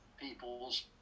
peoples